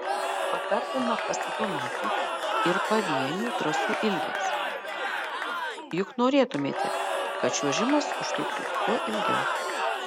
patartina pasidomėti ir pavienių trasų ilgiais juk norėtumėte kad čiuožimas užtruktų kuo ilgiau